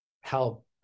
help